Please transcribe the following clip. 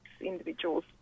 individuals